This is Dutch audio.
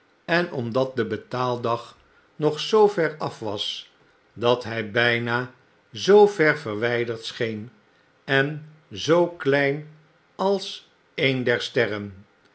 en omdat de betaaldag nog zoo ver af was dat hjyj byna zoo ver verwyderd scheen en zoo klein als een der sterren